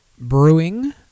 Brewing